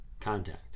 contact